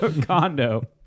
condo